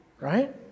right